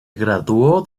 graduó